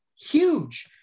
huge